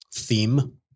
theme